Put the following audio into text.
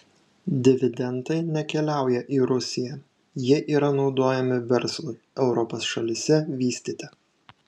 dividendai nekeliauja į rusiją jie yra naudojami verslui europos šalyse vystyti